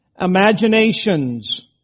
imaginations